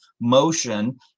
motion